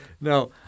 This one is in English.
no